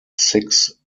six